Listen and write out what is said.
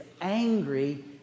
angry